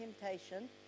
temptation